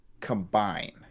combine